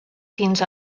fins